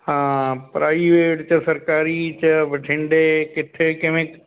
ਹਾਂ ਪ੍ਰਾਈਵੇਟ 'ਚ ਸਰਕਾਰੀ 'ਚ ਬਠਿੰਡੇ ਕਿੱਥੇ ਕਿਵੇਂ